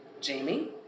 Jamie